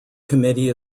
committee